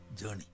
journey